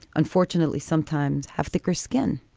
unfortunately, sometimes have thicker skin.